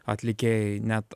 atlikėjai net